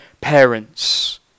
parents